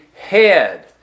head